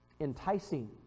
enticing